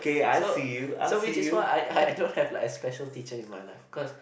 so so which is why I I don't have like a special teacher in my life cause